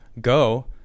go